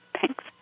Thanks